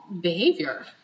behavior